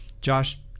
Josh